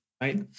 right